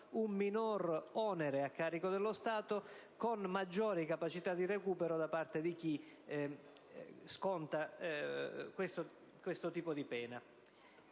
un minore onere a carico dello Stato e con una maggiore capacità di recupero di chi sconta questo tipo di pena.